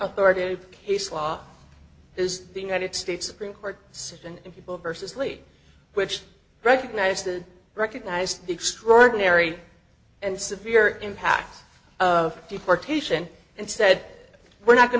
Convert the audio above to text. authoritarian case law is the united states supreme court certain people versus late which recognize to recognize the extraordinary and severe impact of deportation and said we're not going